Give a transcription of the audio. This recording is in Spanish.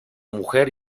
mujer